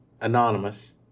anonymous